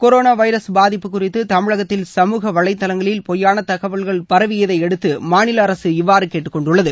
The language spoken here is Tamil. கொரோனா வைரஸ் பாதிப்பு குறித்து தமிழகத்தில் கமுக வளைதளங்களில் பொய்யான தகவல்கள் பரவியதை அடுத்து மாநில அரசு இவ்வாறு கேட்டுக்கொண்டுள்ளது